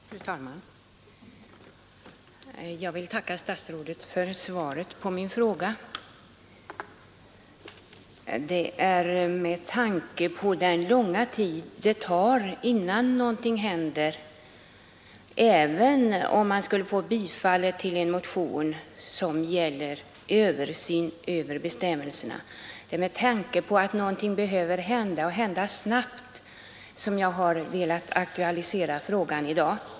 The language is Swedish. Fru talman! Jag vill tacka statsrådet för svaret på min fråga. Med tanke på den långa tid det tar innan någonting händer — även om man skulle vinna bifall till ett motionsyrkande som gäller översyn av gällande bestämmelser — och med tanke på att någonting behöver hända snabbt har jag velat aktualisera frågan redan nu.